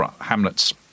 Hamlet's